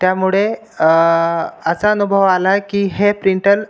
त्यामुळे असा अनुभव आला की हे प्रिंटल